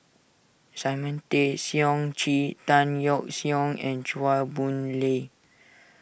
Simon Tay Seong Chee Tan Yeok Seong and Chua Boon Lay